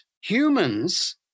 Humans